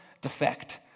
defect